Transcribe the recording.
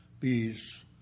peace